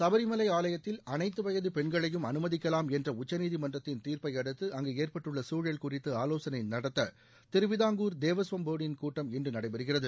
சபரிமலை ஆலயத்தில் அனைத்து வயது பெண்களையும் அனுமதிக்கலாம் என்ற உச்சநீதிமன்றத்தின் தீர்ப்பை அடுத்து அங்கு ஏற்பட்டுள்ள சூழல் குறித்து ஆலோசனை நடத்த திருவிதாங்கூர் தேவசம் போர்டின் கூட்டம் இன்று நடைபெறுகிறது